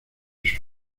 sus